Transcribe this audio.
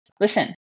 listen